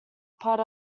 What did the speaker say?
part